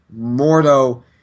Mordo